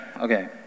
okay